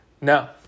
No